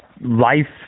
life